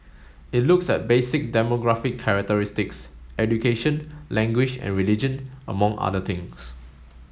it looks at basic demographic characteristics education language and religion among other things